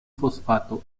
fosfato